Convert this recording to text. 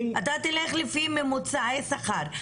אלא תלך לפי ממוצעי שכר.